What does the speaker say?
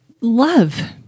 love